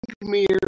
Mir